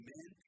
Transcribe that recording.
Men